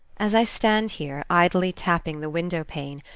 as i stand here, idly tapping the windowpane,